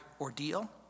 ordeal